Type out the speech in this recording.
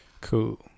Cool